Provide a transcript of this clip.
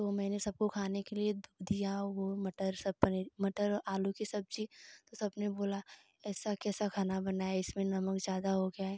तो मैंने सबको खाने के लिए दो दिया वो मटर सब पनीर मटर और आलू की सब्जी तो सबने बोला ऐसा कैसा खाना बनाया इसमें नमक ज़्यादा हो गया है